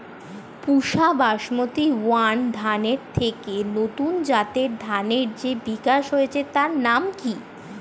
পুসা Basmati one ধানের থেকে নতুন জাতের ধানের যে বিকাশ হয়েছে তার নাম কি?